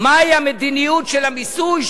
מהי המדיניות של המיסוי,